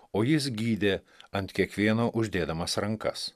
o jis gydė ant kiekvieno uždėdamas rankas